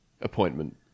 appointment